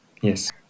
Yes